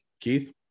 Keith